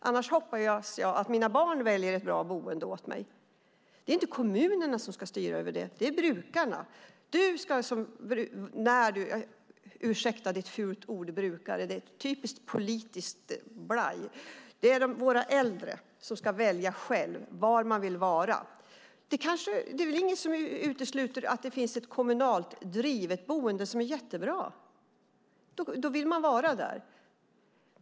Annars hoppas jag att mina barn väljer ett bra boende åt mig. Det är inte kommunerna som ska styra över det, utan det är brukarna. Ursäkta - "brukare" är ett fult ord. Det är typiskt politiskt blaj. Det är våra äldre som ska välja själva var de vill vara. Det är inget som utesluter att det finns ett kommunalt drivet boende som är jättebra, och då vill man vara där.